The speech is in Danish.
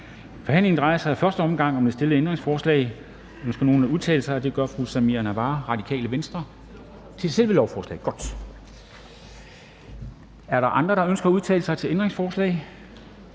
Forhandlingen drejer sig i første omgang om det stillede ændringsforslag. Ønsker nogen at udtale sig? Det gør fru Samira Nawa, Radikale Venstre. Men det er til selve lovforslaget. Godt. Er der andre, der ønsker at udtale sig? Da det ikke er